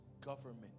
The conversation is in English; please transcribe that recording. government